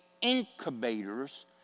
incubators